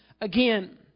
again